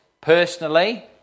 personally